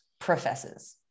professors